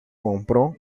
compró